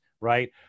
right